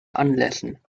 anlässen